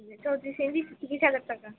ত্রিশ হাজার টাকা